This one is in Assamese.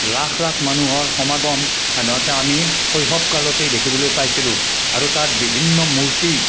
লাখ লাখ মানুহৰ সমাগম সাধাৰণতে আমি শৈশৱ কালতে দেখিবলৈ পাইছিলোঁ আৰু তাত বিভিন্ন মূৰ্তি